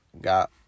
got